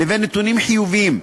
לבין נתונים חיוביים,